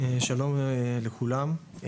שלום לכולם,